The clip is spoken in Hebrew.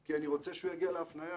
כי אני רוצה שהוא יגיע להפנייה,